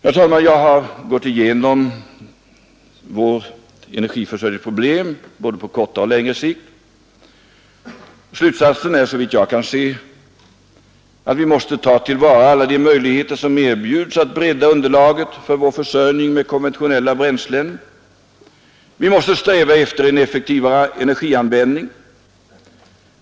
Jag har nu, herr talman, försökt göra en genomgång av energiförsörjningsproblemet både på kort och längre sikt. Slutsatsen är såvitt jag kan se att vi måste ta till vara alla de möjligheter som erbjuds att bredda underlaget för vår försörjning med konventionella bränslen, vi måste sträva efter en effektivare energianvändning.